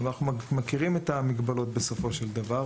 אנחנו מכירים את המגבלות בסופו של דבר,